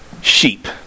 sheep